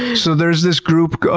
so there's this group, ah